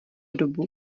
dobu